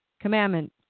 commandment